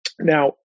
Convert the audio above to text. Now